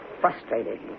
frustrated